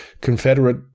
Confederate